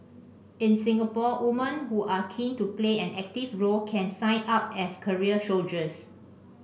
in Singapore woman who are keen to play an active role can sign up as career soldiers